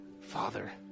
father